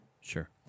Sure